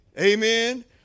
Amen